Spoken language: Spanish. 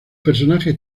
personajes